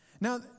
Now